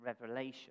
Revelation